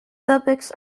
topics